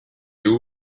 you